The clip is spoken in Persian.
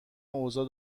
اوضاع